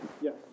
Yes